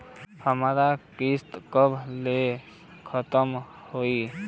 हमार किस्त कब ले खतम होई?